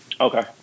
Okay